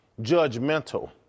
judgmental